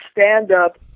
stand-up